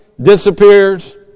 disappears